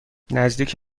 نزدیک